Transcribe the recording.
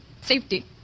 safety